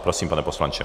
Prosím, pane poslanče.